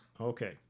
Okay